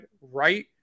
right